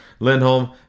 Lindholm